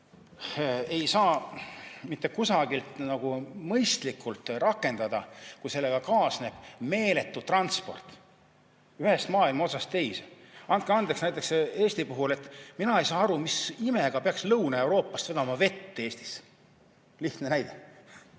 ei saa mitte kusagil mõistlikult rakendada, kui sellega kaasneb meeletu transport ühest maailma otsast teise. Andke andeks, näiteks Eesti puhul mina ei saa aru, mis ime pärast peaks Lõuna-Euroopast vedama Eestisse vett. Lihtne näide!